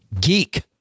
geek